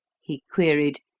he queried,